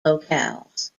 locales